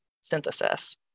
synthesis